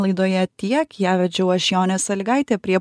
laidoje tiek ją vedžiau aš jonė salygaitė prie